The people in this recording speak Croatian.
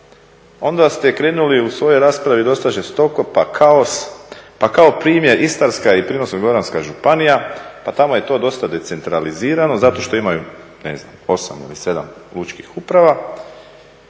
onda ste krenuli u svojoj raspravi dosta žestoko pa kao primjer Istarska i Primorsko-goranska županija, pa tamo je to dosta decentralizirano zato što imaju, ne znam, 8 ili 7 lučkih uprava